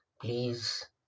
please